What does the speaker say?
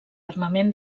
armament